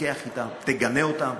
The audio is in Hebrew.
תתווכח אתם, תגנה אותם,